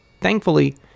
Thankfully